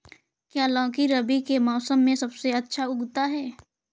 क्या लौकी रबी के मौसम में सबसे अच्छा उगता है?